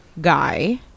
guy